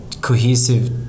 cohesive